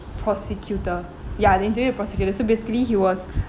prosecutor ya they interviewed the prosecutor so basically he was